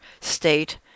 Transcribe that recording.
state